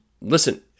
listen